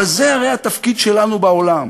אבל זה הרי התפקיד שלנו בעולם,